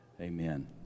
amen